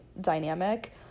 dynamic